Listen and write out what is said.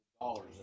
dollars